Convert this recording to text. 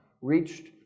reached